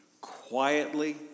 quietly